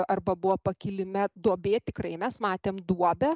arba buvo pakilime duobė tikrai mes matėm duobę